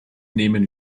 nehmen